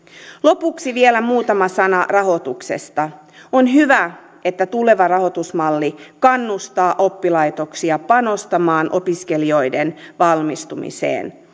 lopuksi vielä muutama sana rahoituksesta on hyvä että tuleva rahoitusmalli kannustaa oppilaitoksia panostamaan opiskelijoiden valmistumiseen